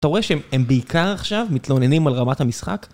אתה רואה שהם בעיקר עכשיו מתלוננים על רמת המשחק?